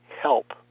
help